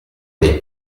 dei